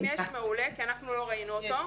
אם יש, מעולה, כי אנחנו לא ראינו אותו.